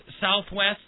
southwest